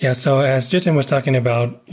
yeah. so as jiten was talking about,